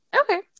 Okay